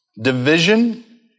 division